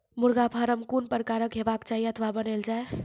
मुर्गा फार्म कून प्रकारक हेवाक चाही अथवा बनेल जाये?